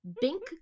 Bink